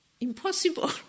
impossible